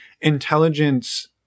intelligence